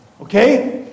Okay